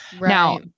Now